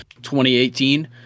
2018